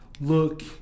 look